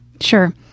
Sure